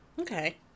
Okay